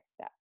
step